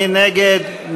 מי נגד?